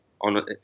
on